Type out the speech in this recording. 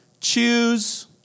choose